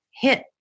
hit